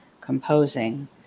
composing